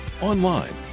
online